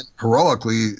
heroically